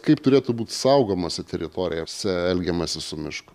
kaip turėtų būt saugomose teritorijose elgiamasi su mišku